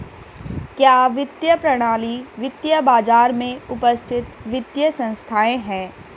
क्या वित्तीय प्रणाली वित्तीय बाजार में उपस्थित वित्तीय संस्थाएं है?